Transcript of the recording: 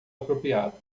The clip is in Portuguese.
apropriado